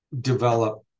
develop